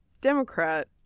Democrat